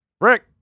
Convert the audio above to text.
Rick